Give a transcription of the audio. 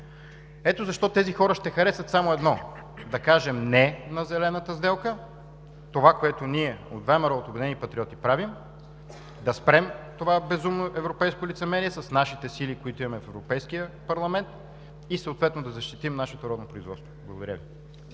Ето защо тези хора ще харесат само едно – да кажем „не“ на Зелената сделка, това, което ние от ВМРО – „Обединени патриоти“, правим – да спрем това безумно европейско лицемерие с нашите сили, които имаме в Европейския парламент, и съответно да защитим нашето родно производство. Благодаря Ви.